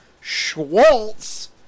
Schwartz